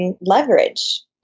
leverage